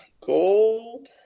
Gold